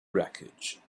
wreckage